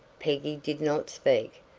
peggy did not speak,